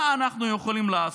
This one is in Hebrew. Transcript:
מה אנחנו יכולים לעשות?